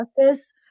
justice